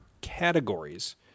categories